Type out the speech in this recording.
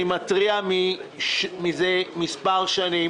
אני מתריע מזה מספר שנים